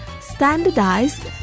standardized